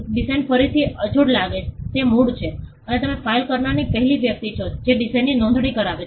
design ફરીથી અજોડ લાગે તે મૂળ છે અને તમે ફાઇલ કરનારી પહેલી વ્યક્તિ છો જે ડિઝાઇનની નોંધણી કરાવે છે